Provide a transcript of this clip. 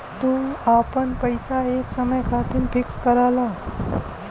तू आपन पइसा एक समय खातिर फिक्स करला